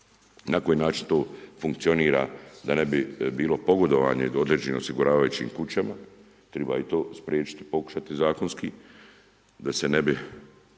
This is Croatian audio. na koji način to funkcionira da ne bi bilo pogodovanje do određenih osiguravajućim kućama, treba i to spriječit, pokušati zakonski da se ne bi